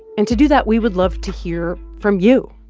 and to do that, we would love to hear from you.